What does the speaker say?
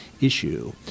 issue